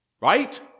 Right